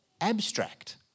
abstract